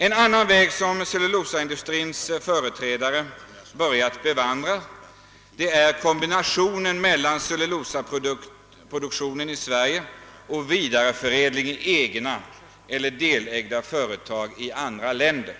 En annan väg som cellulosaindustrin slagit in på är kombinerandet av cellulosaproduktion i Sverige och vidareförädling i egna eller delägda företag i andra länder.